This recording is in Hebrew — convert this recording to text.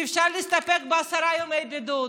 שאפשר להסתפק בעשרה ימי בידוד.